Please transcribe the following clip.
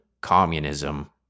communism